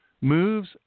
moves